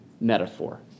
metaphor